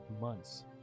months